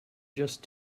just